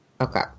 Okay